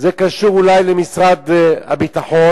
זה קשור אולי למשרד הביטחון,